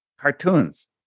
cartoons